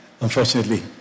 unfortunately